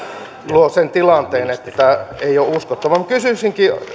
luo sen tilanteen että ei ole uskottava kysyisinkin